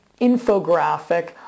infographic